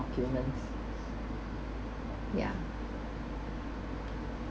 documents ya